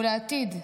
הוא לעתיד.